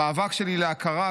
המאבק שלי להכרה,